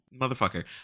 motherfucker